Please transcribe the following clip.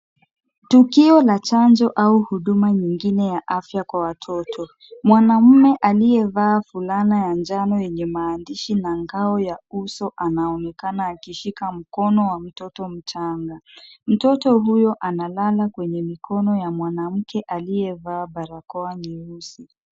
Tukio la chanjo au huduma nyingine ya afya kwa watoto, mwanamume aliyevaa fulana ya njano yenye maandishi na ngao ya uso anaonekana akishika mkono wa mtoto mchanga. Mtoto huyo analala kwenye mikono ya mwanamke aliyevaa barakoa nyeusi.